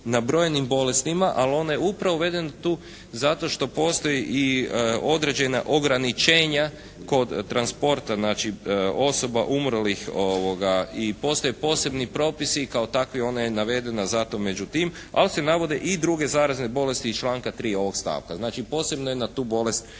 nabrojenim bolestima ali on je upravo uveden tu zato što postoje i određena ograničenja kod transporta, znači osoba umrlih i postoje posebni propisi i kao takvi ona je navedena zato među tim ali se navode i druge zarazne bolesti iz članka 3. ovog stavka. Znači, posebno je na tu bolest